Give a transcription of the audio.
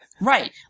Right